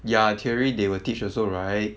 ya theory they will teach also right